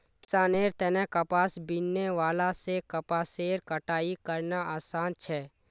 किसानेर तने कपास बीनने वाला से कपासेर कटाई करना आसान छे